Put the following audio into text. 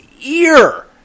ear